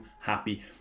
happy